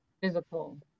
physical